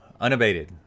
unabated